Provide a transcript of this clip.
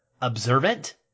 observant